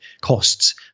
costs